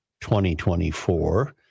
2024